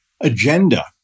agenda